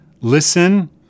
listen